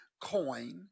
coin